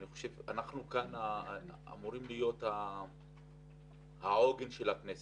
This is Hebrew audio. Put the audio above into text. אנחנו אמורים להיות העוגן של הכנסת,